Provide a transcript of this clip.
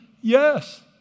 Yes